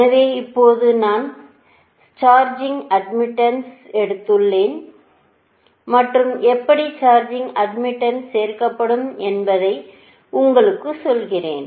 எனவே இப்போது நாம் சார்ஜிங் அட்மிட்டன்ஸ் எடுத்துள்ளோம் மற்றும் எப்படி சார்ஜிங் அட்மிட்டன்ஸ் சேர்க்கப்படும் என்பதை உங்களுக்குச் சொல்கிறேன்